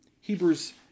Hebrews